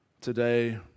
today